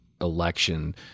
election